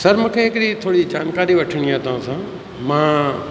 sir मूंखे हिकिड़ी थोरी जानकारी वठणी आहे तव्हांसां मां